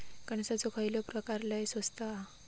कणसाचो खयलो प्रकार लय स्वस्त हा?